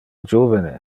juvene